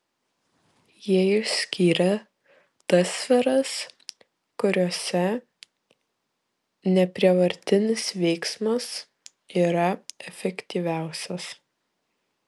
jie išskyrė tas sferas kuriose neprievartinis veiksmas yra efektyviausias